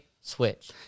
switch